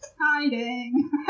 hiding